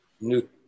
new